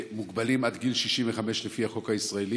שמוגבלים עד גיל 65, לפי החוק הישראלי.